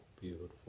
beautiful